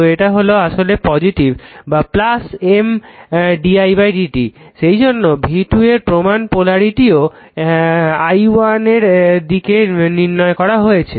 তো এটা আসলে M d i1 dt সেইজন্য এখানে v2 এর প্রমান পোলারিটি ও i1 এর দিক নির্ণয় করা হয়েছে